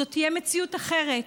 זו תהיה מציאות אחרת,